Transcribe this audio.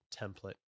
template